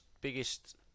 biggest